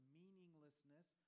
meaninglessness